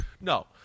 No